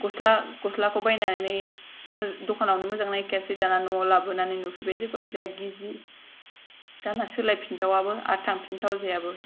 गस्ला गस्लाखौ बायनानै दखानावबो मोजां नायखायासै दाना न'वाव लाबोनानै नुफैबायजे गस्लाया गिजि दा मा सोलायफिनथावाबो आरो थांफिनथावजायाबो